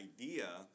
idea